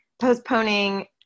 postponing